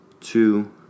two